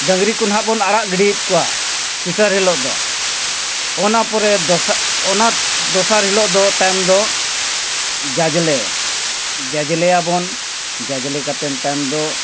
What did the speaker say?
ᱰᱟᱹᱝᱨᱤ ᱠᱚ ᱱᱟᱦᱟᱸᱜ ᱵᱚᱱ ᱟᱲᱟᱜ ᱜᱤᱰᱤᱭᱮᱫ ᱠᱚᱣᱟ ᱛᱮᱥᱟᱨ ᱦᱤᱞᱳᱜ ᱫᱚ ᱚᱱᱟ ᱯᱚᱨᱮ ᱫᱚᱥᱟᱨ ᱚᱱᱟ ᱫᱚᱥᱟᱨ ᱦᱤᱞᱳᱜ ᱫᱚ ᱛᱟᱭᱚᱢ ᱫᱚ ᱡᱟᱡᱽᱞᱮ ᱡᱟᱡᱽᱞᱮᱭᱟᱵᱚᱱ ᱡᱟᱡᱽᱞᱮ ᱠᱟᱛᱮᱫ ᱛᱟᱭᱚᱢ ᱫᱚ